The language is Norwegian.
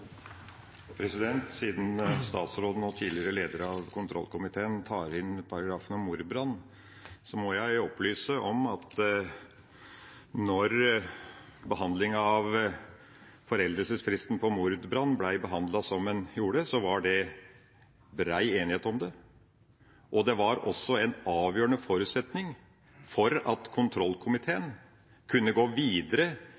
Siden statsråden og tidligere leder av kontrollkomiteen bringer inn paragrafen om mordbrann, må jeg opplyse om at da foreldelsesfristen for mordbrann ble behandlet, var det bred enighet om det. Det var også en avgjørende forutsetning for at kontrollkomiteen kunne gå videre